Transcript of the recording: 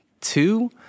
two